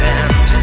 end